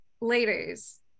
ladies